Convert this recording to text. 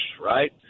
right